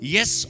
Yes